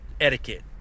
etiquette